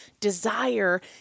Desire